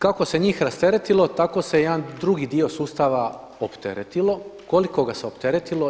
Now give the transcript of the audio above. Kako se njih rasteretilo tako se jedan drugi dio sustava opteretilo, koliko ga se opteretilo.